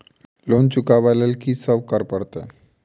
Loan चुका ब लैल की सब करऽ पड़तै?